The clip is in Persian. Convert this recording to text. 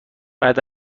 بعد